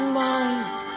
mind